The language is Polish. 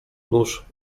nóż